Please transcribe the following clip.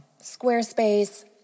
Squarespace